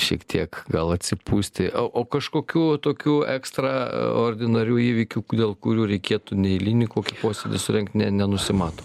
šiek tiek gal atsipūsti o o kažkokių tokių ekstra ordinarių įvykių dėl kurių reikėtų neeilinį kokį posėdį surengt ne nenusimato